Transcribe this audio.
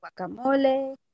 guacamole